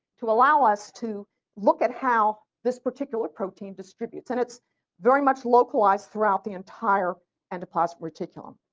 to allow us to look at how this particular protein distributes. and it's very much localized throughout the entire endoplasmic reticulum.